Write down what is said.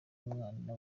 umwana